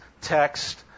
text